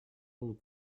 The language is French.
aux